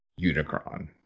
Unicron